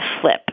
flip